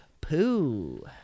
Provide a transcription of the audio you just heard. poo